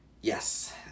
yes